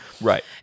Right